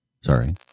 sorry